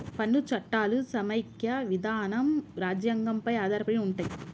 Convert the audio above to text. పన్ను చట్టాలు సమైక్య విధానం రాజ్యాంగం పై ఆధారపడి ఉంటయ్